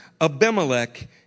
Abimelech